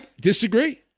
disagree